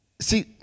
see